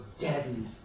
deadened